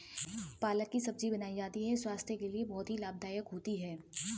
पालक की सब्जी बनाई जाती है यह स्वास्थ्य के लिए बहुत ही लाभदायक होती है